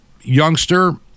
youngster